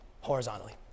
horizontally